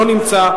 לא נמצא.